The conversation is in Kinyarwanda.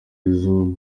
arizo